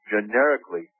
generically